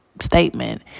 statement